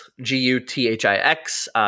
G-U-T-H-I-X